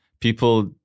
people